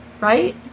right